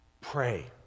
Pray